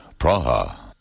Praha